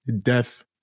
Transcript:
death